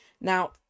Now